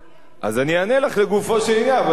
אז אני אענה לך לגופו של עניין,